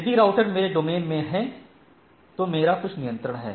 यदि राउटर मेरे डोमेन में है तो मेरा कुछ नियंत्रण है